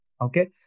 Okay